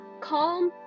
calm